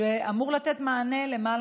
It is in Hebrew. זה אמור לתת מענה ליותר